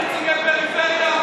נציג הפריפריה?